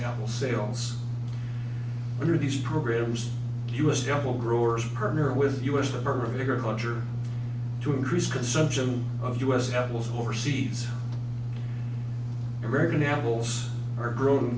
apple sales under these programs the us apple growers partner with u s department of agriculture to increase consumption of us apples overseas american apples are grown